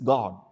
God